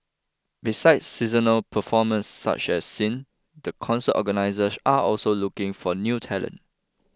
besides seasonal performers such as Sin the concert organisers are also looking for new talent